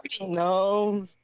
No